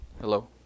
Hello